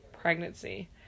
pregnancy